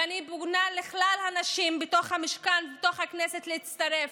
ואני פונה לכלל הנשים במשכן הכנסת להצטרף.